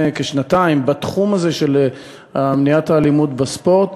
כשנתיים בתחום הזה של מניעת האלימות בספורט,